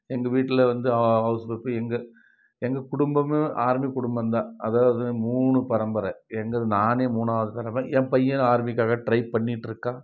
எங்கள் வீட்டில் வந்து ஹவுஸ் ஒய்ஃபு எங்கள் எங்கள் குடும்பமே ஆர்மி குடும்பம் தான் அதாவது மூணு பரம்பரை எங்கள் நானே மூணாவது தடவ ஏன் பையன் ஆர்மிக்காக டிரை பண்ணிட்டுருக்கான்